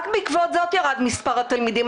רק בעקבות זאת ירד מספר התלמידים.